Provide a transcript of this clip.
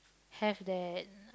have that